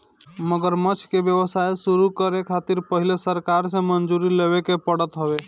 मगरमच्छ के व्यवसाय शुरू करे खातिर पहिले सरकार से मंजूरी लेवे के पड़त हवे